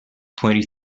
twenty